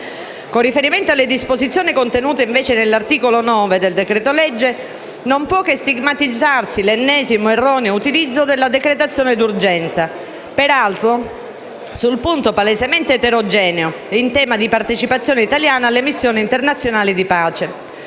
Con riferimento alle disposizioni contenute all'articolo 9 del decreto-legge, non può che stigmatizzarsi l'ennesimo erroneo utilizzo della decretazione d'urgenza, peraltro sul punto palesemente eterogeneo, in tema di partecipazione italiana alla missioni internazionali di pace.